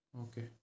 Okay